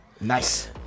Nice